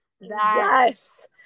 Yes